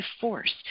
force